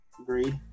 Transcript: agree